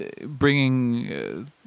bringing